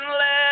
let